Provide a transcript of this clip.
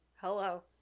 hello